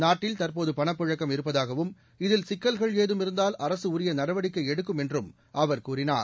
நாட்டில் தற்போது பணப்புழக்கம் இருப்பதாகவும் இதில் சிக்கல்கள் ஏதும் இருந்தால் அரசு உரிய நடவடிக்கையை எடுக்கும் என்றும் அவர் கூறினார்